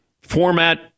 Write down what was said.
Format